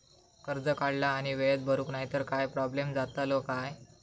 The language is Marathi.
कर्ज काढला आणि वेळेत भरुक नाय तर काय प्रोब्लेम जातलो काय?